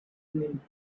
name